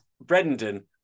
Brendan